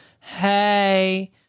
Hey